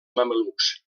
mamelucs